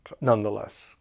nonetheless